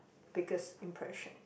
biggest impression